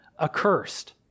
accursed